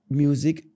music